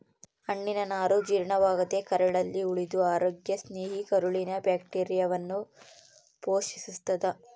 ಹಣ್ಣಿನನಾರು ಜೀರ್ಣವಾಗದೇ ಕರಳಲ್ಲಿ ಉಳಿದು ಅರೋಗ್ಯ ಸ್ನೇಹಿ ಕರುಳಿನ ಬ್ಯಾಕ್ಟೀರಿಯಾವನ್ನು ಪೋಶಿಸ್ತಾದ